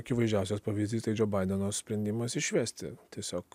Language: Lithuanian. akivaizdžiausias pavyzdys tai džo badeno sprendimas išvesti tiesiog